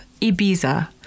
Ibiza